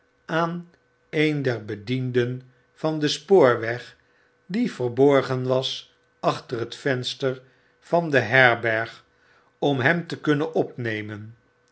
aan een der bedienden van den spoorweg dieverborgen was achter het venster van de herberg om hem te kunnen opnemen